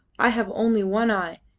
i have only one eye,